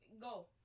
Go